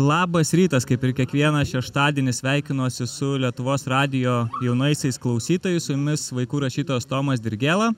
labas rytas kaip ir kiekvieną šeštadienį sveikinuosi su lietuvos radijo jaunaisiais klausytojais su jumis vaikų rašytojas tomas dirgėla